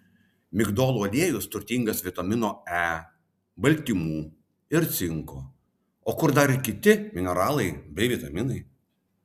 migdolų aliejus turtingas vitamino e baltymų ir cinko o kur dar ir kiti mineralai bei vitaminai